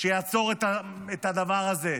שיעצור את הדבר הזה,